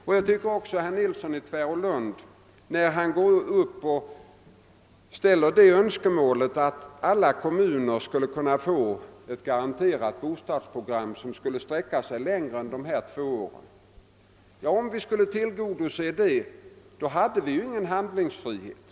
Detta gäller också anförandet av herr Nilsson i Tvärålund, som framställde önskemålet, att alla kommuner borde få ett garanterat bostadsbyggnadsprogram, som skulle sträcka sig längre än dessa två år. Skulle vi tillgodose det önskemålet hade vi ingen handlingsfrihet.